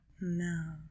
No